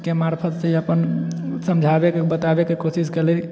के मार्फ़त से अपन समझाबै के बताबै के कोशिश कयली